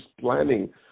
planning